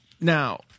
Now